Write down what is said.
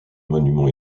monument